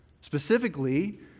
specifically